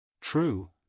True